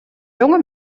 jonge